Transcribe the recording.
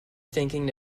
thinking